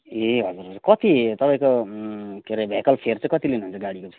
ए हजुर हजुर कति तपाईँको के हरे भेकल फेयर चाहिँ कति लिनुहुन्छ गाडीको चाहिँ